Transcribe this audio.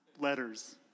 letters